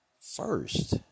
first